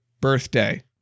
birthday